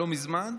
לא מזמן,